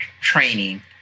training